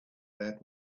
that